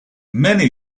many